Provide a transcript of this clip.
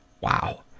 Wow